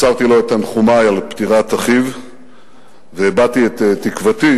מסרתי לו את תנחומי על פטירת אחיו והבעתי את תקוותי